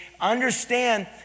understand